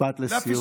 משפט לסיום.